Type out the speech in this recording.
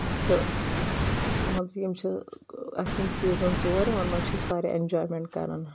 تہٕ مان ژٕ یِم چھِ اسہِ یِم سیٖزن ژور یِمن منٛز چھِ أسۍ واریاہ اٮ۪نجایمینٹ کران